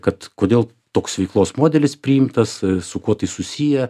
kad kodėl toks veiklos modelis priimtas su kuo tai susiję